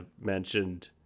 mentioned